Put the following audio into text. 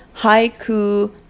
Haiku